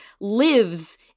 lives